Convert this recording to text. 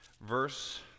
Verse